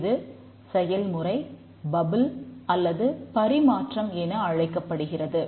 இது செயல்முறை பப்பிள் அல்லது பரிமாற்றம் என அழைக்கப்படுகிறது